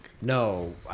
No